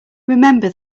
remember